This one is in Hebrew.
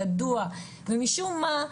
ידוע ומשום מה,